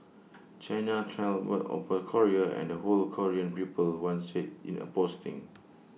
China trampled upon Korea and the whole Korean people one said in A posting